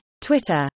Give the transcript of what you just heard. Twitter